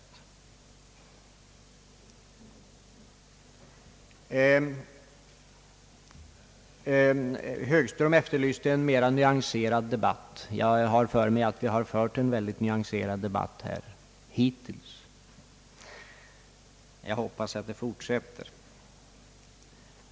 Herr Högström efterlyste en mera nyanserad debatt. Jag har för mig att vi har fört en ytterst nyanserad debatt här hittills, och jag hoppas att det skall fortsätta så.